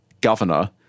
governor